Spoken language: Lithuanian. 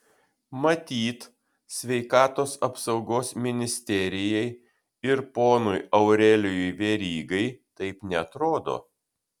matyt sveikatos apsaugos ministerijai ir ponui aurelijui verygai taip neatrodo